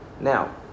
now